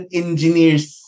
engineer's